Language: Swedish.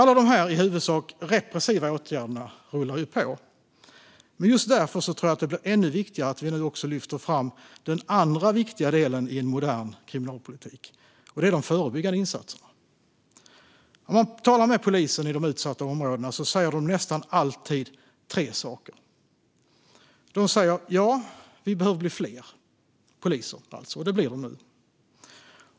Alla dessa i huvudsak repressiva åtgärder rullar på, och just därför tror jag att det blir ännu viktigare att vi nu även lyfter fram den andra viktiga delen i en modern kriminalpolitik: de förebyggande insatserna. När man talar med polisen i de utsatta områdena säger de nästan alltid tre saker. De säger att de behöver bli fler poliser på plats, och det blir de nu.